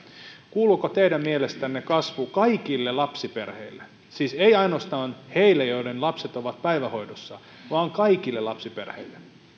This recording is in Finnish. kuuluuko teidän mielestänne kasvu kaikille lapsiperheille siis ei ainoastaan niille joiden lapset ovat päivähoidossa vaan kaikille lapsiperheille